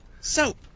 Soap